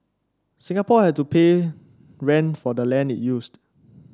Singapore had to pay rent for the land it used